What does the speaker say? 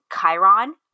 Chiron